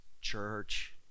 church